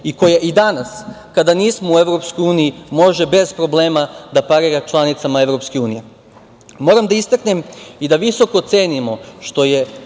i koja i danas, kada nismo u EU, može bez problema da parira članicama EU.Moram da istaknem i da visoko cenimo što je